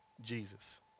Jesus